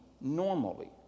normally